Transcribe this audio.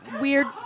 weird